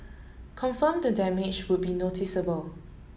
confirm the damage would be noticeable